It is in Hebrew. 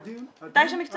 אבל הדיון --- אתה איש המקצוע,